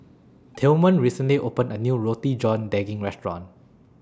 Tilman recently opened A New Roti John Daging Restaurant